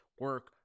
Work